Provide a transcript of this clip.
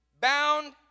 bound